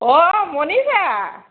অঁ মনিষা